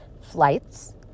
Flights